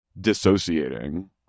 dissociating